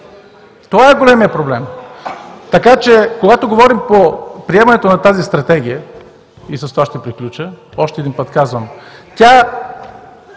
Това е големият проблем, така че, когато говорим по приемането на тази Стратегия, и с това ще приключа, още един път казвам: тя